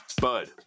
Bud